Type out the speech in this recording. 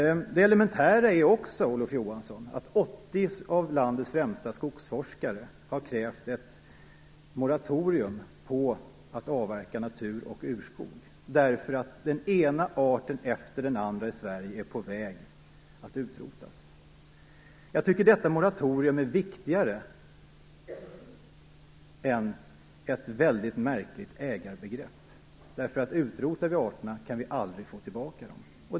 Det elementära är också, Olof Johansson, att 80 av landets främsta skogsforskare har krävt ett moratorium för avverkning av natur och urskog, eftersom den ena arten efter den andra är på väg att utrotas i Sverige. Jag tycker att detta moratorium är viktigare än ett mycket märkligt ägarbegrepp. Utrotar vi arter kan vi aldrig få tillbaka dem.